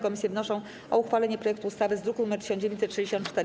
Komisje wnoszą o uchwalenie projektu ustawy z druku nr 1964.